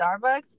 Starbucks